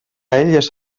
elles